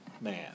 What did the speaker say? man